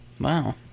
Wow